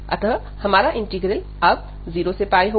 अतः हमारा इंटीग्रल अब 0 से होगा